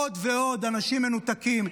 עוד ועוד אנשים מנותקים.